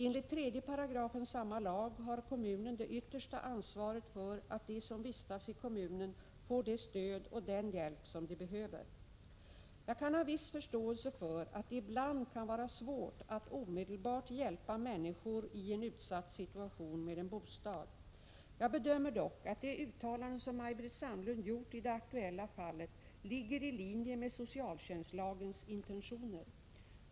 Enligt 3 § samma lag har kommunen det yttersta ansvaret för att de som vistas i kommunen får det stöd och den hjälp som de behöver. Jag kan ha viss förståelse för att det ibland kan vara svårt att omedelbart hjälpa människor i en utsatt situation med en bostad. Jag bedömer dock att det uttalande som Maj-Britt Sandlund gjort i det aktuella fallet ligger i linje med socialtjänstlagens intentioner.